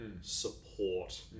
support